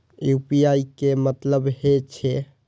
UPI के की मतलब हे छे?